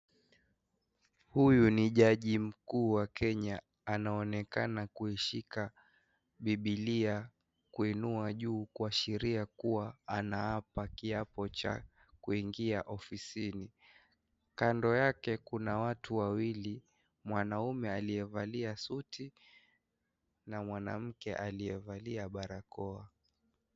Huyu ni jaji mkuu wa Kenya anaonekana kuishika biblia kuinua juu kuashiria kuwa anaapa kiapo cha kuingia ofisini kando yake kuna watu wawili , mwanaume aliyevalia suti na mwanamke aliyevalia barakoa.